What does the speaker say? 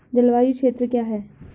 जलवायु क्षेत्र क्या है?